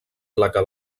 placa